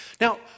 Now